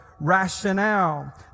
rationale